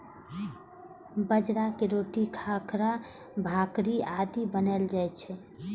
बाजरा के रोटी, खाखरा, भाकरी आदि बनाएल जाइ छै